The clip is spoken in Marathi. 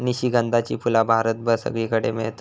निशिगंधाची फुला भारतभर सगळीकडे मेळतत